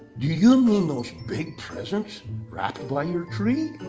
do you mean those big presents wrapped by your tree?